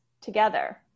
together